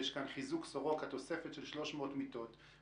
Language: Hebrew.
יש כאן תוספת של 300 מיטות לסורוקה,